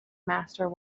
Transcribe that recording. master